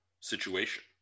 situation